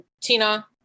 tina